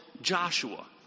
Joshua